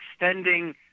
extending